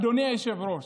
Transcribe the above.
אדוני היושב-ראש,